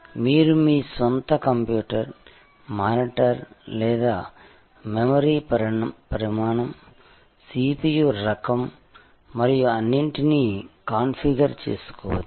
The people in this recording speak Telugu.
మీరు మీ స్వంత కంప్యూటర్ మానిటర్ లేదా మెమరీ పరిమాణం CPU రకం మరియు అన్నింటినీ కాన్ఫిగర్ చేసుకోవచ్చు